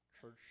church